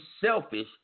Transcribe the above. selfish